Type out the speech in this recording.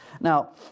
Now